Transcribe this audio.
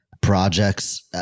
projects